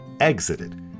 exited